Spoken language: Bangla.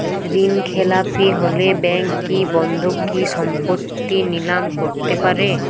ঋণখেলাপি হলে ব্যাঙ্ক কি বন্ধকি সম্পত্তি নিলাম করতে পারে?